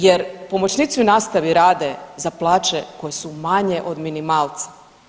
Jer, pomoćnici u nastavi rade za plaće koje su manje od minimalca.